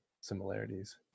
similarities